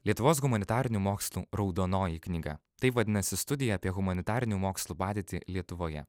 lietuvos humanitarinių mokslų raudonoji knyga taip vadinasi studija apie humanitarinių mokslų padėtį lietuvoje